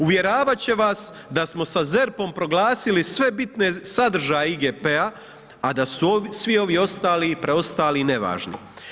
Uvjeravat će vas da smo sa ZERP-om proglasili sve bitne sadržaja IGP-a, a da su svi ovi ostali, preostali nevažni.